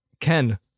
Ken